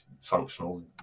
functional